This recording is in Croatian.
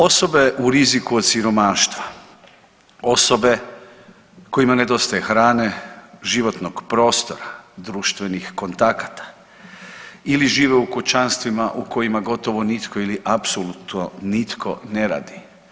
Osobe u riziku od siromaštva, osobe kojima nedostaje hrane, životnih prostora, društvenih kontakata ili žive u kućanstvima u kojima gotovo nitko ili apsolutno nitko ne radi.